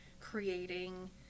creating